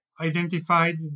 identified